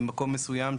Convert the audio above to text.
במקום מסוים,